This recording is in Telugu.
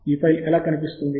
ఈ ఫైల్ ఎలా కనిపిస్తుంది